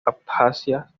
abjasia